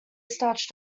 starch